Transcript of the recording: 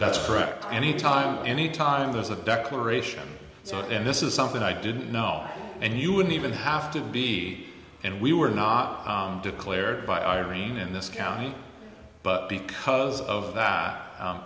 that's correct any time any time there's a declaration so and this is something i didn't know and you wouldn't even have to be and we were not declared by irene in this county but because of that